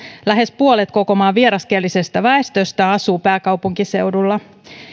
lähes puolet koko maan vieraskielisestä väestöstä asuu pääkaupunkiseudulla